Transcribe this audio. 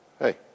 hey